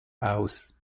aus